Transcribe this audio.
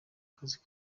kazi